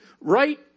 right